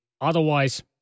Otherwise